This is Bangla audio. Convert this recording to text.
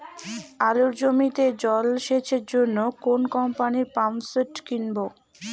আলুর জমিতে জল সেচের জন্য কোন কোম্পানির পাম্পসেট কিনব?